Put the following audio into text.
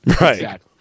right